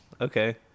Okay